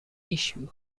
issue